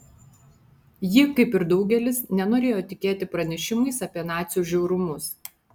ji kaip ir daugelis nenorėjo tikėti pranešimais apie nacių žiaurumus